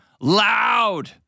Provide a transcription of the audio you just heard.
Loud